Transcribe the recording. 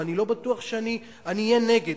ואני לא בטוח שאני אהיה נגד,